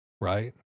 right